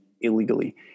illegally